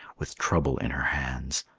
with trouble in her hands,